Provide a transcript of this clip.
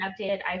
updated